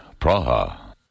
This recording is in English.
Praha